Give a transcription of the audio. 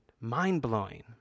mind-blowing